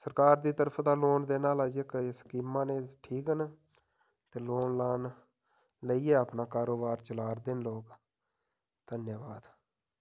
सरकार दी तरफ दा लोन देना आह्ला जेह्का स्कीमां न ठीक न ते लोन लान लेइयै अपना कारोबार चला'रदे न लोक धन्याबाद